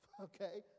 okay